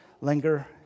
linger